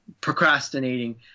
procrastinating